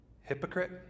hypocrite